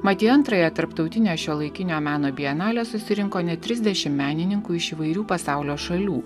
mat į antrąją tarptautinę šiuolaikinio meno bienalę susirinko net trisdešimt menininkų iš įvairių pasaulio šalių